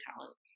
talent